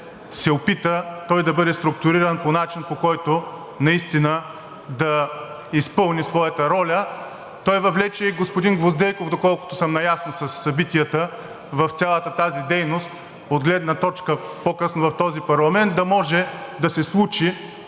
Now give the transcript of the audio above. се опита той да бъде структуриран по начин, по който наистина да изпълни своята роля. Той въвлече и господин Гвоздейков, доколкото съм наясно със събитията, в цялата тази дейност от гледна точка по-късно в този парламент да може да се случи